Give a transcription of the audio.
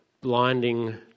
blinding